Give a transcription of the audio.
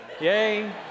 yay